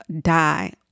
die